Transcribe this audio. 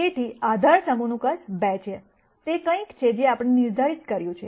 તેથી આધાર સમૂહનું કદ 2 છે તે કંઈક છે જે આપણે નિર્ધારિત કર્યું છે